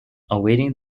awaiting